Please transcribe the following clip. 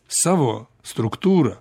savo struktūrą